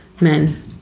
men